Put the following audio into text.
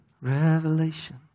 Revelation